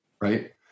right